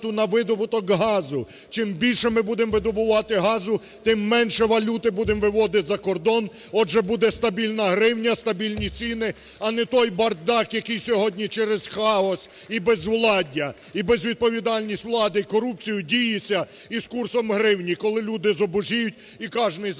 на видобуток газу. Чим більше ми будемо видобувати газ, тим менше валюти будемо виводити за кордон. Отже, буде стабільна гривня, стабільні ціни, а не той бардак, який сьогодні через хаос, і безвладдя, і безвідповідальність влади і корупції діється із курсом гривні, коли люди зубожіють, і кожний за це платить.